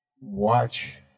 watch